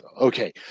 okay